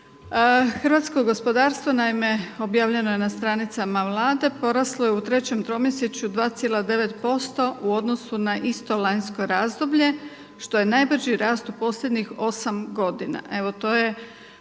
Hrvatsko gospodarstvo naime objavljeno je na stranicama Vlade poraslo je u 3. tromjesečju 2,9 posto u odnosu na isto lansko razdoblje što je najbrži rast u posljednjih osam godina.